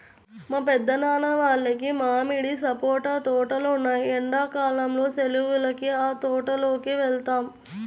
మా పెద్దనాన్న వాళ్లకి మామిడి, సపోటా తోటలు ఉన్నాయ్, ఎండ్లా కాలం సెలవులకి ఆ తోటల్లోకి వెళ్తాం